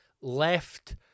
left